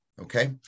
okay